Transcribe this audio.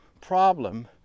problem